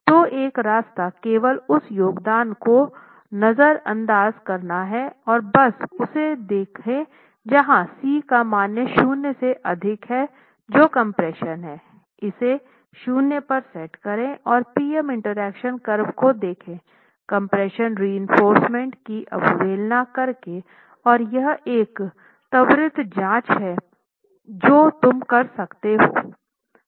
तो एक रास्ता केवल उस योगदान को नजर अंदाज करना हैं और बस उसे देखें जहां C का मान शून्य से अधिक है जो कम्प्रेशन है इसे शून्य पर सेट करें और PM इंटरेक्शन कर्व को देखे कम्प्रेशन रएंफोर्रसमेंट की अवहेलना कर के और यह एक त्वरित जाँच है जो तुम कर सकते हो